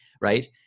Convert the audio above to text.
right